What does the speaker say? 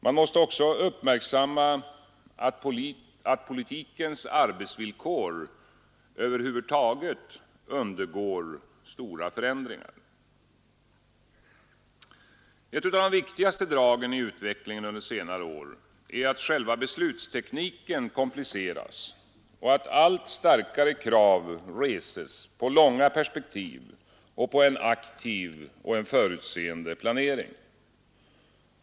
Man måste också uppmärksamma att politikens arbetsvillkor över huvud taget undergår stora förändringar. Ett av de viktigaste dragen i utvecklingen under senare år är att själva beslutstekniken kompliceras och att allt starkare krav reses på långa perspektiv och på en aktiv och förutseende planering.